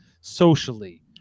socially